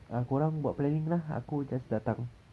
ah kau orang buat planning lah aku just datang